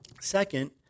Second